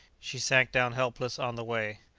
she sank down helpless on the way.